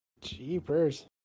Jeepers